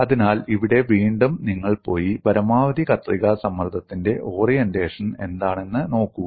അതിനാൽ ഇവിടെ വീണ്ടും നിങ്ങൾ പോയി പരമാവധി കത്രിക സമ്മർദ്ദത്തിന്റെ ഓറിയന്റേഷൻ എന്താണെന്ന് നോക്കൂ